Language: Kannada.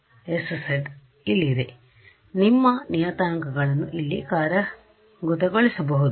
ಆದ್ದರಿಂದ ನಿಮ್ಮ ನಿಯತಾಂಕಗಳನ್ನು ಇಲ್ಲಿ ಕಾರ್ಯಗತಗೊಳಿಸಬಹುದು